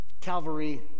Calvary